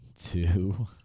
Two